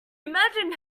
imagined